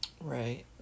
Right